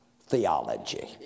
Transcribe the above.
theology